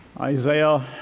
Isaiah